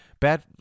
bad